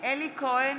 אלי כהן,